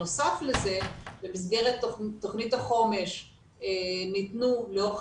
בנוסף לזה במסגרת תכנית החומש ניתנו לאורך